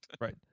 Right